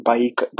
Bike